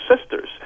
sisters